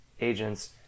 agents